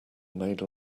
made